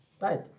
Right